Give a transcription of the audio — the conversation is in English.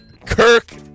Kirk